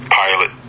pilot